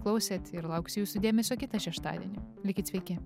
klausėt ir lauksiu jūsų dėmesio kitą šeštadienį likit sveiki